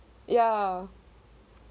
ya